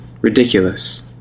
ridiculous